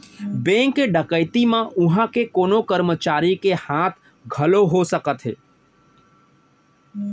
bank के डकैती म उहां के कोनो करमचारी के हाथ घलौ हो सकथे